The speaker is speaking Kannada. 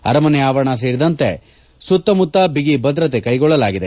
ಅರಮನೆ ಆವರಣ ಸೇರಿದಂತೆ ಸುತ್ತ ಬಿಗಿ ಭದ್ರತೆ ಕೈಗೊಳ್ಳಲಾಗಿದೆ